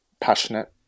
passionate